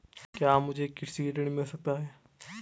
क्या मुझे कृषि ऋण मिल सकता है?